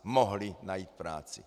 Mohli najít práci!